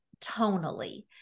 tonally